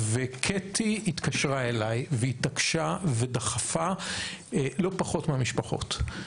וקטי התקשרה אליי והתעקשה ודחפה לא פחות מהמשפחות.